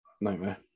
Nightmare